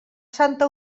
santa